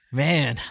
man